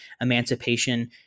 emancipation